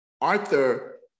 Arthur